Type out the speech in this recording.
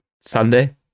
Sunday